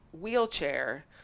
wheelchair